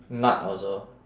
nut also